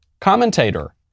commentator